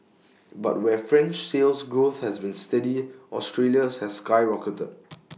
but where French Sales Growth has been steady Australia's has skyrocketed